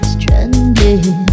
Stranded